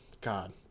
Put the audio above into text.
God